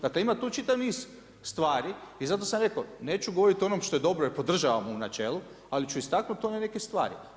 Dakle ima tu čitav niz stvari i zato sam rekao neću govoriti o onom što je dobro, što podržavam u načelu, ali ću istaknuti ove neke stvari.